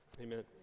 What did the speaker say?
Amen